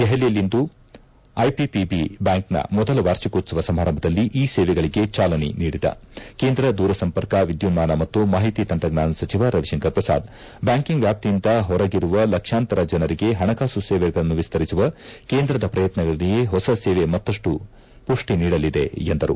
ದೆಹಲಿಯಲ್ಲಿಂದು ಐಪಿಪಿಬಿ ಬ್ಯಾಂಕ್ನ ಮೊದಲ ವಾರ್ಷಿಕೋತ್ಸವ ಸಮಾರಂಭದಲ್ಲಿ ಈ ಸೇವೆಗಳಿಗೆ ಚಾಲನೆ ನೀಡಿದ ಕೇಂದ್ರ ದೂರ ಸಂಪರ್ಕ ವಿದ್ಯುನ್ನಾನ ಮತ್ತು ಮಾಹಿತಿ ತಂತ್ರಜ್ವಾನ ಸಚಿವ ರವಿಶಂಕರ್ ಪ್ರಸಾದ್ ಬ್ಲಾಂಕಿಂಗ್ ವ್ಯಾಪ್ತಿಯಿಂದ ಹೊರಗಿರುವ ಲಕ್ಷಾಂತರ ಜನರಿಗೆ ಹಣಕಾಸು ಸೇವೆಗಳನ್ನು ವಿಸ್ತರಿಸುವ ಕೇಂದ್ರದ ಪ್ರಯತ್ನಗಳಗೆ ಹೊಸ ಸೇವೆ ಮತ್ತಷ್ಟು ಮಷ್ಠಿ ನೀಡಲಿವೆ ಎಂದರು